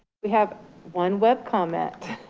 we have one web comment.